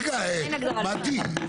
רגע, מטי.